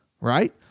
right